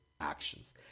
actions